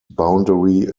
boundary